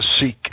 seek